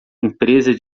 empresa